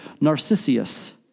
Narcissus